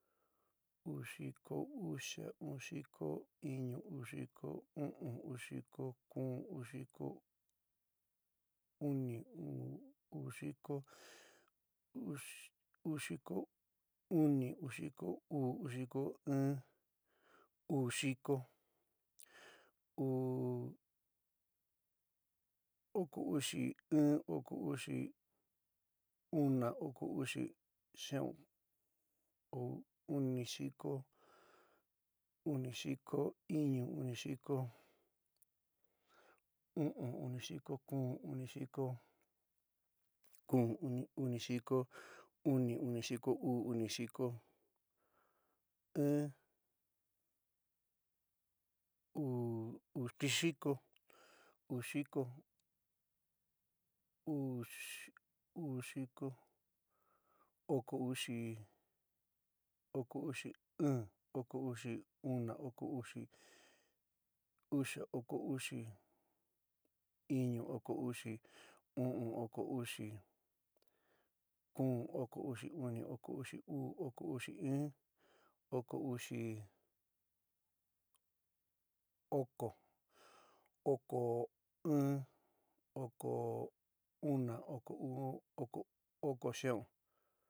Uú xiko uxa. uu xiko iñu. uu xiko u'ún. uu xiko kuún. uu xiko uni, uú xiko, uú xiko uni. uú xiko uú. uú xiko in, uú xiko, uú, oko uxi iin. oko uxi una, oko uxi xia'un, uni xiko, uni xiko iñu, uni xiko u'ún. uni xiko ku'un, uni xiko kuún uni, uni xiko uni, unixiko uú, uni xiko in, uú tixiko, uu xikoo. uu xiko, oko uxi, oko uxi ɨɨn, oko uxi una, oko uxi uxa, oko uxi iñu, oko uxi u'un, oko uxi ku'un, oko uxi uni. oko uxi uú, oko uxi in, oko uxi- oko. oko ɨɨn. oko una, oko oko, oko xia'un.